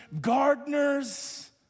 gardeners